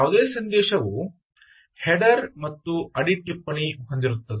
ಯಾವುದೇ ಸಂದೇಶವು ಹೆಡರ್ ಮತ್ತು ಅಡಿಟಿಪ್ಪಣಿ ಹೊಂದಿರುತ್ತದೆ